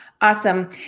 Awesome